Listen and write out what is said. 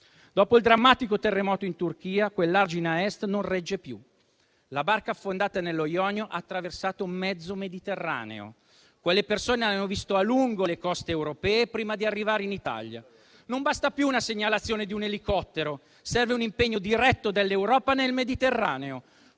Dopo il drammatico terremoto in Turchia, quell'argine a Est non regge più. La barca affondata nello Ionio ha attraversato mezzo Mediterraneo e quelle persone avevano visto a lungo le coste europee prima di arrivare in Italia. Non basta più la segnalazione di un elicottero, serve un impegno diretto dell'Europa nel Mediterraneo.